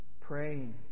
Praying